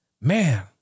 man